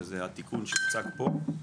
התיקון שהוצג פה,